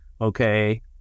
Okay